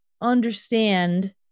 understand